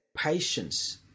patience